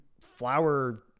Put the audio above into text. flower